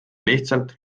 lihtsalt